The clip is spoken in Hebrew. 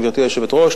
גברתי היושבת-ראש,